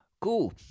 Cool